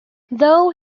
though